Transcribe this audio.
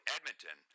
Edmonton